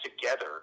together